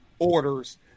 Orders